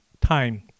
time